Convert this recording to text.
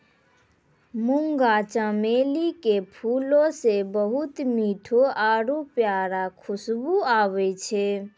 मुंगा चमेली के फूलो से बहुते मीठो आरु प्यारा खुशबु आबै छै